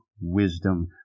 wisdom